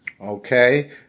Okay